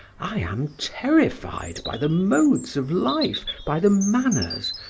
i am terrified by the modes of life, by the manners,